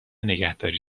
نگهداری